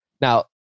Now